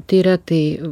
tiria tai